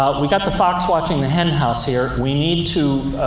we've got the fox watching the henhouse here. we need to